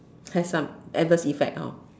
say some adverse effects out